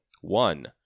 One